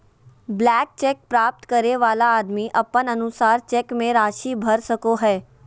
blank cheque प्राप्त करे वाला आदमी अपन अनुसार चेक मे राशि भर सको हय